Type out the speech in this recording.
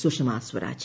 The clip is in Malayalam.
സുഷമസ്വരാജ്